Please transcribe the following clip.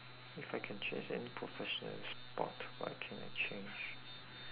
if I can change any professional sport what can I change